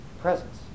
presence